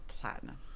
platinum